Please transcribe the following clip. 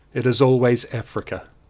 it is always africa!